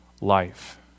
life